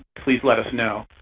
please let us know.